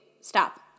Stop